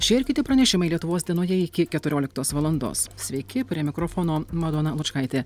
šie ir kiti pranešimai lietuvos dienoje iki keturioliktos valandos sveiki prie mikrofono madona lučkaitė